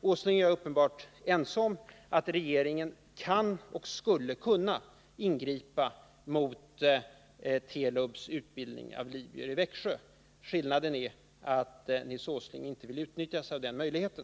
Nils Åsling och jag är uppenbarligen överens om att regeringen kan ingripa mot Telubs utbildning av libyer i Växjö — skillnaden är den att Nils Åsling inte vill utnyttja den möjligheten.